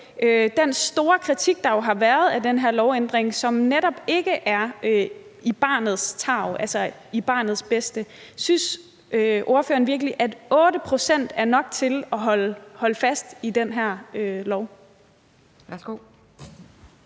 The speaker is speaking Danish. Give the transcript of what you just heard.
den store kritik, der jo har været af den her lovændring, som netop ikke er i barnets tarv, altså til barnets bedste? Synes ordføreren virkelig, at 8 pct. er nok til at holde fast i den her lov?